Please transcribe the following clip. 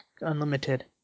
unlimited